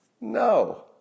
No